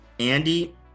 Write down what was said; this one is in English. Andy